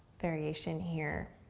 variation here.